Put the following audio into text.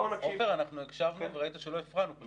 עפר, אנחנו הקשבנו וראית שלא הפרענו.